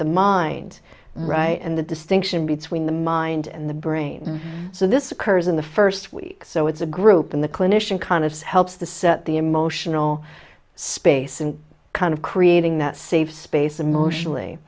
the mind right and the distinction between the mind and the brain so this occurs in the first week so it's a group in the clinician kind of helps the set the emotional space and kind of creating that safe space emotionally